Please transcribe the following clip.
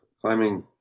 climbing